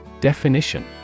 Definition